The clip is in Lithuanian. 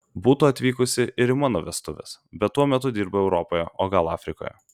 būtų atvykusi ir į mano vestuves bet tuo metu dirbo europoje o gal afrikoje